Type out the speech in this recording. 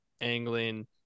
angling